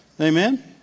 Amen